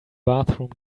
bathroom